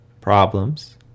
problems